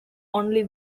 only